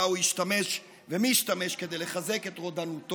שבה הוא השתמש ומשתמש כדי לחזק את רודנותו.